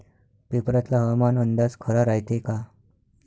पेपरातला हवामान अंदाज खरा रायते का?